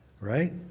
right